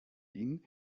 ihnen